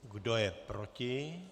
Kdo je proti?